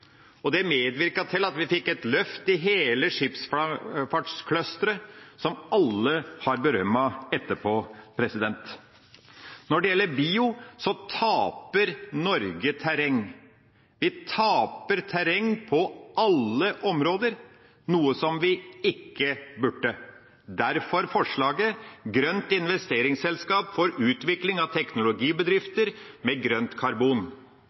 og det medvirket til at vi fikk et løft i hele skipsfartsclusteret, som alle har berømmet etterpå. Når det gjelder bio, taper Norge terreng. Vi taper terreng på alle områder, noe som vi ikke burde. Derfor fremmes forslaget om grønt investeringsselskap for utvikling av teknologibedrifter med grønt karbon.